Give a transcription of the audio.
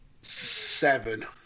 Seven